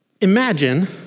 imagine